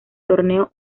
torneo